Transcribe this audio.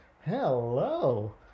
Hello